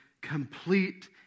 complete